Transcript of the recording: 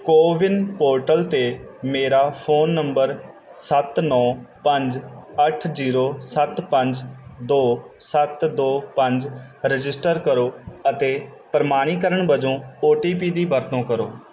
CoWIN portal 'ਤੇ ਮੇਰਾ phone number ਸੱਤ ਨੌ ਪੰਜ ਅੱਠ ਜ਼ੀਰੋ ਸੱਤ ਪੰਜ ਦੋ ਸੱਤ ਦੋ ਪੰਜ ਰਜਿਸਟਰ ਕਰੋ ਅਤੇ ਪ੍ਰਮਾਣੀਕਰਨ ਵਜੋਂ ਓ ਟੀ ਪੀ ਦੀ ਵਰਤੋਂ ਕਰੋ